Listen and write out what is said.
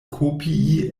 kopii